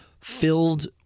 filled